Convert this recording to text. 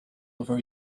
over